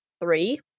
three